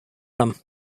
him